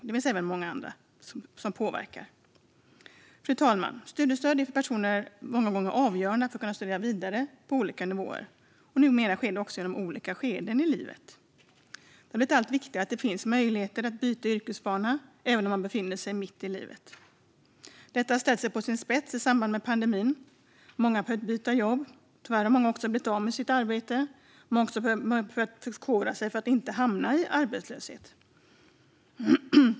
Det finns även många andra saker som påverkar det här. Fru talman! Studiestöd är många gånger avgörande för att människor ska kunna studera vidare på olika nivåer. Numera sker det också i olika skeden i livet. Det har blivit allt viktigare att det finns möjligheter att byta yrkesbana även om man befinner sig mitt i livet. Detta har ställts på sin spets i samband med pandemin. Många har behövt byta jobb. Tyvärr har många också blivit av med sitt arbete. Man har dessutom behövt förkovra sig för att inte hamna i arbetslöshet.